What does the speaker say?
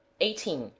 eighteen.